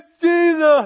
Jesus